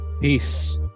Peace